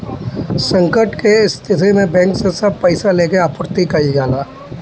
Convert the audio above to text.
संकट के स्थिति में बैंक से सब पईसा लेके आपूर्ति कईल जाला